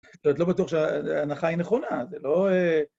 זאת אומרת, לא בטוח שההנחה היא נכונה, זה לא...